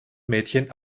mädchen